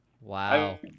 Wow